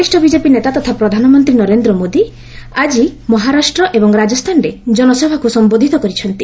ବରିଷ୍ଣ ବିକେପି ନେତା ତଥା ପ୍ରଧାନମନ୍ତ୍ରୀ ନରେନ୍ଦ୍ର ମୋଦି ଆକି ମହାରାଷ୍ଟ୍ର ଏବଂ ରାଜସ୍ଥାନରେ ଜନସଭାକୁ ସମ୍ଭୋଧିତ କରିଛନ୍ତି